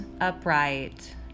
upright